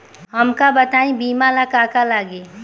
हमका बताई बीमा ला का का लागी?